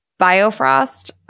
biofrost